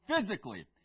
physically